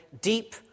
deep